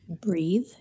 Breathe